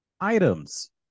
items